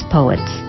Poets